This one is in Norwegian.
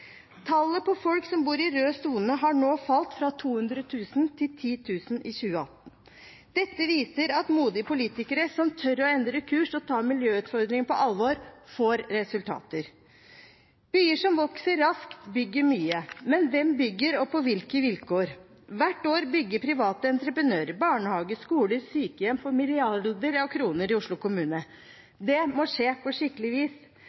Tallet på folk som bor i rød sone, har nå falt fra 200 000 i 2014 til 10 000 i 2018. Dette viser at modige politikere som tør å endre kurs og ta miljøutfordringene på alvor, får resultater. Byer som vokser raskt, bygger mye – men hvem bygger, og på hvilke vilkår? Hvert år bygger private entreprenører barnehager, skoler og sykehjem for milliarder av kroner i Oslo kommune. Det må skje på skikkelig vis.